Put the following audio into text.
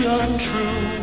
untrue